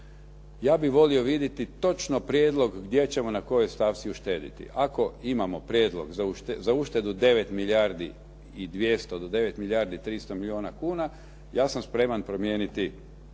Ja bih volio vidjeti točno prijedlog gdje ćemo na kojoj stavci uštedjeti. Ako imamo prijedlog za uštedu 9 milijardi i 200 do 9 milijardi 300 milijona kuna, ja sam spreman promijeniti